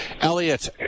Elliot